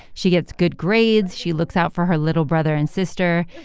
she gets good grades. she looks out for her little brother and sister,